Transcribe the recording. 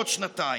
עוד שנתיים,